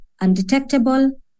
undetectable